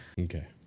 okay